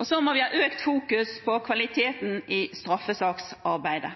Vi må ha økt fokus på kvaliteten i straffesaksarbeidet.